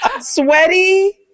Sweaty